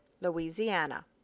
Louisiana